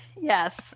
Yes